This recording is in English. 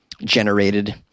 generated